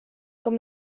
com